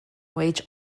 wage